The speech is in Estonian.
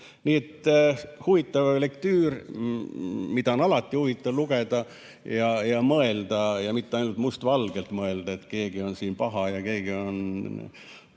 Nii et huvitav lektüür, mida on alati huvitav lugeda ja mõelda, ja mitte ainult mustvalgelt mõelda, et keegi on siin paha ja keegi on ...